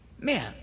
Man